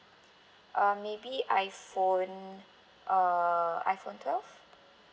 um maybe iphone err iphone twelve